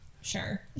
sure